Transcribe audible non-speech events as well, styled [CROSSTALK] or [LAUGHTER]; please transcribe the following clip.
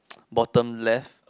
[NOISE] bottom left